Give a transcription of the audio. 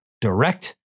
direct